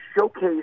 showcase